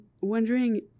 wondering